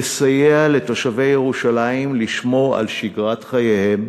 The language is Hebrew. לסייע לתושבי ירושלים לשמור על שגרת חייהם,